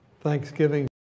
Thanksgiving